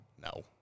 No